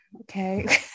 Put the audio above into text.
okay